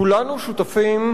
כולנו שותפים,